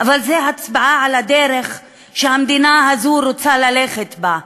אבל זו הצבעה על הדרך שהמדינה הזאת רוצה ללכת בה,